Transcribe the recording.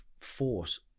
force